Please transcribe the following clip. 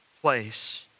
place